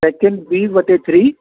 H N B बटे three